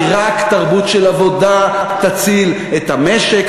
כי רק תרבות של עבודה תציל את המשק,